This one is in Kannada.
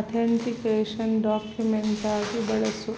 ಅಥೆಂಟಿಕೇಷನ್ ಡಾಕ್ಯುಮೆಂಟಾಗಿ ಬಳಸು